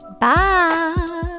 Bye